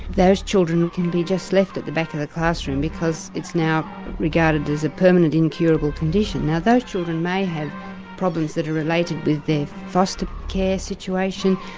those children can be just left at the back of the classroom because it's now regarded as a permanent, incurable condition. now those children may have problems that are related with their foster care situation,